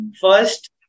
First